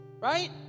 right